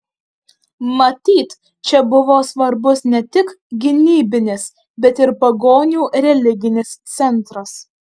matyt čia buvo svarbus ne tik gynybinis bet ir pagonių religinis centras